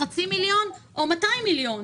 חצי מיליון או 200 מיליון,